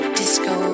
disco